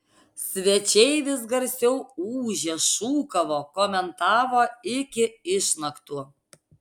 svečiai vis garsiau ūžė šūkavo komentavo iki išnaktų